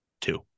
two